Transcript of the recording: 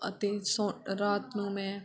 ਅਤੇ ਸੋਣ ਰਾਤ ਨੂੰ ਮੈਂ